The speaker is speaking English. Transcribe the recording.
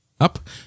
up